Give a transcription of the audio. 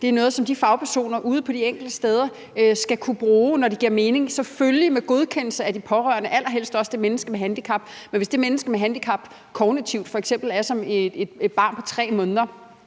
Det er noget, som de fagpersoner, der er ude på de enkelte steder, skal kunne bruge, når det giver mening, selvfølgelig med godkendelse fra de pårørende, allerhelst også fra det menneske med handicap, men hvis det menneske med handicap kognitivt f.eks. er som et barn på 3 måneder,